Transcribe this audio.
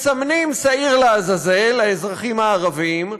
מסמנים שעיר לעזאזל: האזרחים הערבים,